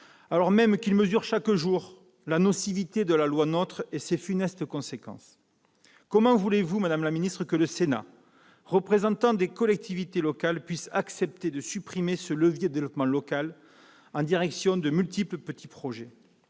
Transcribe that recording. alors même qu'ils mesurent chaque jour la nocivité de la loi NOTRe et ses funestes conséquences. Madame la ministre, comment voulez-vous que le Sénat, représentant des collectivités locales, accepte de supprimer ce levier de développement local en direction de multiples petits projets ?